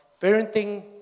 Parenting